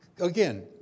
again